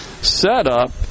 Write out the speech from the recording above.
setup